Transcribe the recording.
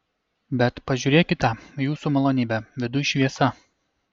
bet pažiūrėkite jūsų malonybe viduj šviesa